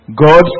God